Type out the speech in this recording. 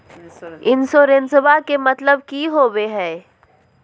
इंसोरेंसेबा के मतलब की होवे है?